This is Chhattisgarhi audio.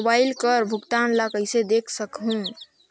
मोबाइल कर भुगतान ला कइसे देख सकहुं?